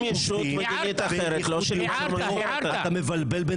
ישות מדינית אחרת לא שילמה --- אתה מבלבל בין דברים.